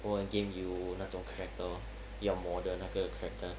我的 game 有那种 character 要 model 那个 character